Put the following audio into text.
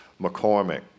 McCormick